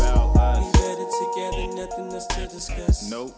no no